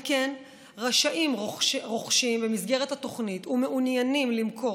על כן רשאים רוכשים במסגרת התוכנית ומעוניינים למכור